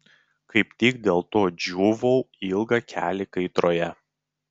kaip tik dėl to džiūvau ilgą kelią kaitroje